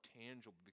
tangible